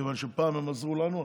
מכיוון שפעם הם עזרו לנו,